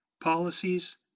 policies